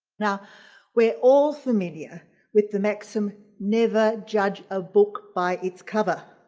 now we're all familiar with the maxim never judge a book by it's cover.